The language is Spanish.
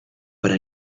para